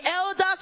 elders